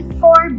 four